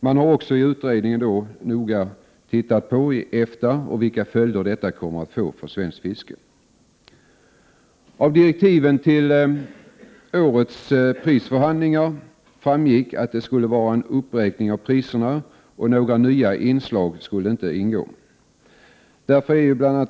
Man har i utredningen noga sett på vad som gäller inom EFTA och vilka följder det kan bli för svenskt fiske. Av direktiven till årets prisförhandlingar framgick att det skulle ske en uppräkning av priserna, och några nya inslag skulle inte ingå.